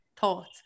thoughts